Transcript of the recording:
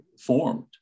formed